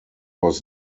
was